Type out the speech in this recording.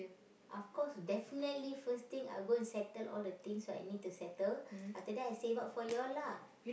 of course definitely first thing I will go and settle all the things I need to settle after that I save up for you all lah